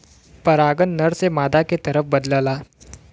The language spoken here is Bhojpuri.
परागन नर से मादा के तरफ बदलला